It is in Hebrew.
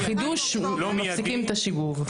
בחידוש מפסיקים את השיבוב.